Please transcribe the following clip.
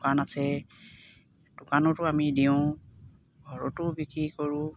দোকান আছে দোকানতো আমি দিওঁ ঘৰতো বিক্ৰী কৰোঁ